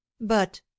But